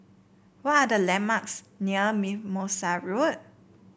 what are the landmarks near Mimosa Road